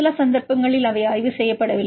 சில சந்தர்ப்பங்களில் அவை ஆய்வு செய்யப்படவில்லை